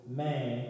man